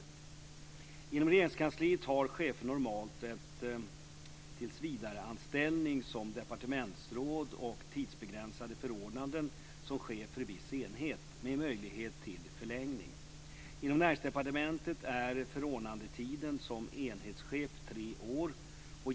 Inom Regeringskansliet har chefer normalt en tillsvidareanställning som departementsråd och tidsbegränsade förordnanden som chef för viss enhet med möjlighet till förlängning. Inom Näringsdepartementet är förordnandetiden som enhetschef tre år.